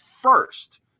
first